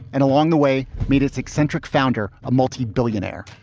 and along the way, meet its eccentric founder, a multibillionaire.